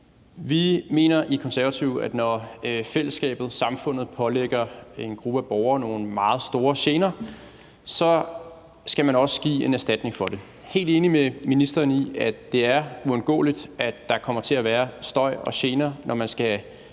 Vi mener i Konservative, at når fællesskabet, samfundet, pålægger en gruppe af borgere nogle meget store gener, så skal man også give en erstatning for det. Jeg er helt enig med ministeren i, at det er uundgåeligt at der kommer til at være støj og gener, når man skal